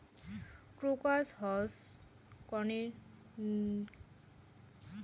crocus হসকনেইচটি হল সপুষ্পক উদ্ভিদের প্রজাতি যা দক্ষিণ জর্ডানে পাওয়া য়ায়